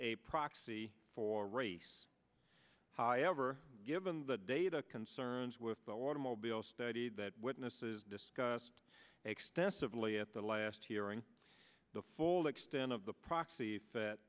a proxy for race however given the data concerns with the automobile study that witnesses discussed extensively at the last hearing the full extent of the proxy